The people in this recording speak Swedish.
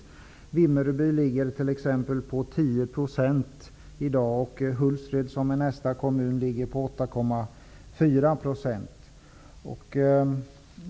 Arbetslösheten i Vimmerby ligger t.ex. i dag på 10 %, och i Hultsfred, som är nästa kommun, ligger arbetslösheten på 8,4 %.